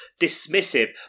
dismissive